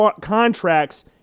contracts